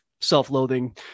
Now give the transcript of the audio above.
self-loathing